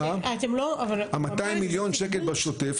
ה- 200 מיליון ש"ח בשוטף,